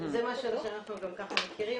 זה מה שאנחנו מכירים.